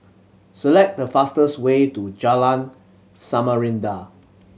select the fastest way to Jalan Samarinda